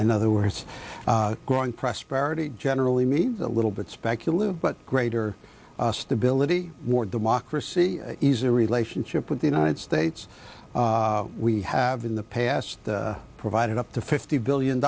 and other words growing prosperity generally means a little bit speculative but greater stability more democracy is a relationship with the united states we have in the past provided up to fifty billion